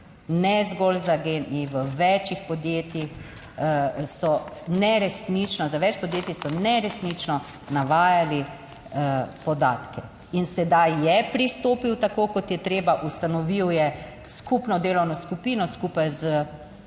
neresnično, za več podjetij so neresnično navajali podatke. In sedaj je pristopil tako, kot je treba. Ustanovil je skupno delovno skupino skupaj z Upravo